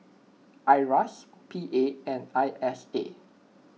Iras P A and I S A